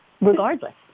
regardless